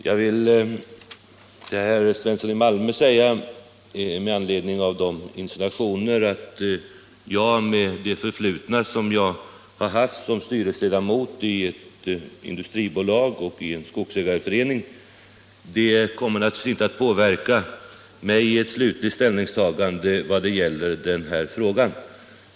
Jag vill till herr Svensson i Malmö, med anledning av hans insinuationer, säga att mitt förflutna som styrelseledamot i ett industribolag och i en skogsägarförening kommer naturligtvis inte att påverka mitt slutliga ställningstagande till den här frågan.